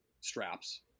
straps